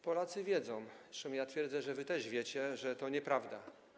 Polacy wiedzą, przy czym ja twierdzę, że wy też wiecie, że to nieprawda.